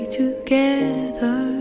together